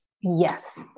Yes